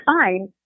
fine